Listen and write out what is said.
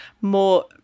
more